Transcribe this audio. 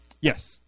Yes